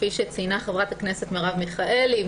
כפי שציינה חברת הכנסת מרב מיכאלי,